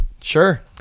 Sure